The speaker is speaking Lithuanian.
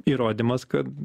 įrodymas kad